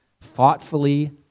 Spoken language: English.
thoughtfully